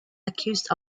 accused